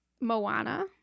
Moana